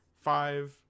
Five